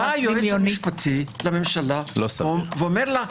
בא היועץ המשפטי לממשלה ואומר לה: